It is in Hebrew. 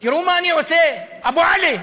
תראו מה אני עושה, אבו עלי,